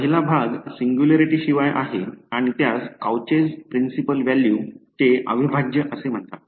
पहिला भाग सिंग्युलॅरिटीशिवाय आहे आणि त्यास Cauchy's Principle Value चे अविभाज्य म्हणतात